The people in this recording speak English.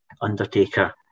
Undertaker